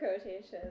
quotations